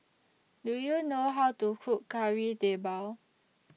Do YOU know How to Cook Kari Debal